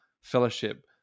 fellowship